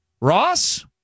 Ross